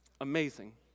Amazing